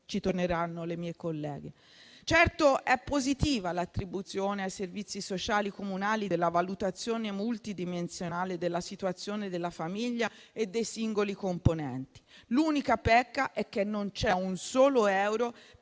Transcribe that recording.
in seguito le mie colleghe. Certo, è positiva l'attribuzione ai servizi sociali comunali della valutazione multidimensionale della situazione della famiglia e dei singoli componenti. L'unica pecca è che non c'è un solo euro